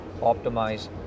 optimize